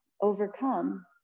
overcome